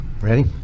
Ready